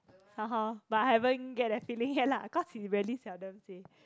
but I haven't get that feeling yet lah cause he really seldom say